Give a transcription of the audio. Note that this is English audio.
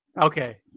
okay